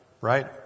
right